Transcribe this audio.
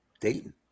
Dayton